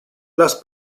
las